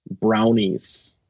brownies